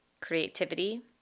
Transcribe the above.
creativity